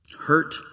hurt